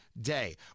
day